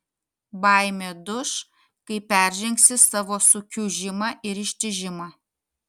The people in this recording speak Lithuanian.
baimė duš kai peržengsi savo sukiužimą ir ištižimą